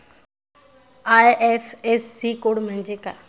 IFSC code म्हणजे काय?